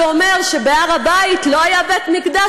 שאומר שבהר הבית לא היה בית-מקדש,